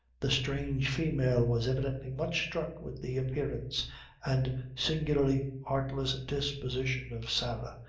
the strange female was evidently much struck with the appearance and singularly artless disposition of sarah,